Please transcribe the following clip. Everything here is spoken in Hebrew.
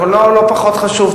הקולנוע הוא לא פחות חשוב.